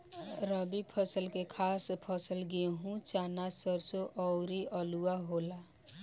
रबी फसल के खास फसल गेहूं, चना, सरिसो अउरू आलुइ होला